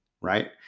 right